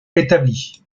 établis